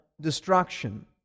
destruction